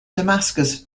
damascus